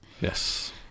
Yes